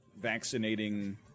vaccinating